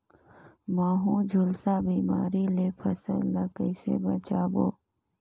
महू, झुलसा बिमारी ले फसल ल कइसे बचाबो?